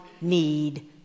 need